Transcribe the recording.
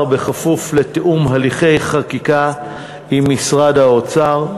בכפוף לתיאום הליכי חקיקה עם משרדי האוצר,